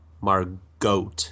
Margot